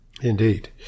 Indeed